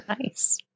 Nice